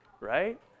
Right